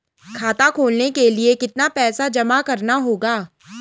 खाता खोलने के लिये कितना पैसा जमा करना होगा?